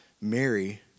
Mary